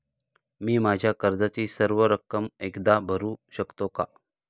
मी माझ्या कर्जाची सर्व रक्कम एकदा भरू शकतो का?